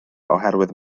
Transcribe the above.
oherwydd